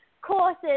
courses